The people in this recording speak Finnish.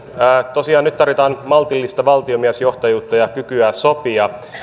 tosiaan nyt tarvitaan maltillista valtiomiesjohtajuutta ja kykyä sopia